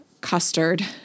custard